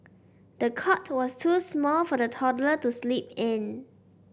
the cot was too small for the toddler to sleep in